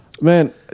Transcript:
Man